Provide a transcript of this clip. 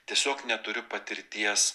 tiesiog neturiu patirties